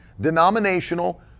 denominational